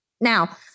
Now